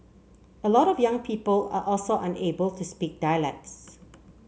a lot of young people are also unable to speak dialects